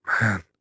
man